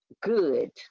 good